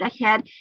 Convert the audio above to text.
ahead